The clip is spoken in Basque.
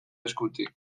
eskutik